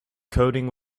coding